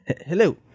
hello